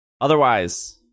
Otherwise